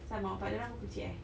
pasal mak bapa dia orang pun kecil eh